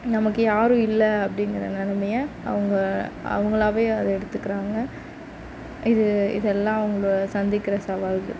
நமக்கு யாரும் இல்லை அப்படிங்கிற நிலமைய அவங்க அவங்களாவே அதை எடுத்துக்கிறாங்க இது இதெல்லாம் அவங்க சந்திக்கிற சவால்கள்